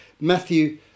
Matthew